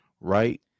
right